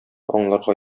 аңларга